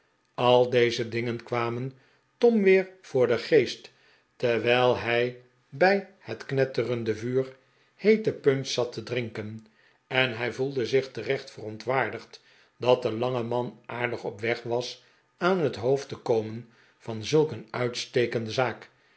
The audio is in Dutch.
al deze dingen kwamen tom weer voor den geest terwijl hij bij het knetterende vuur heete punch zat te drinken en hij voelde zich terecht verontwaardigd dat de lange man aardig op weg was aan het hoofd te komen van zulk een uitstekende zaak